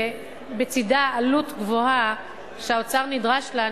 בצדה עלות גבוהה שהאוצר נדרש לה,